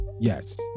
Yes